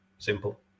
simple